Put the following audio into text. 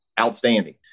outstanding